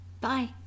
Bye